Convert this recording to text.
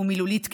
ומילולית כאחד.